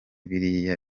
biriya